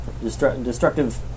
destructive